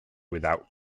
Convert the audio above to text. without